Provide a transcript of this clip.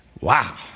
Wow